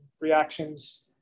reactions